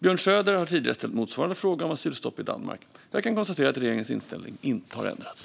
Björn Söder har tidigare ställt motsvarande fråga om asylstopp i Danmark. Jag kan konstatera att regeringens inställning inte har ändrats.